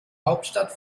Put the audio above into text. hauptstadt